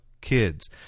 kids